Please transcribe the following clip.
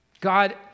God